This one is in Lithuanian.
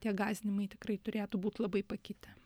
tie gąsdinimai tikrai turėtų būti labai pakitę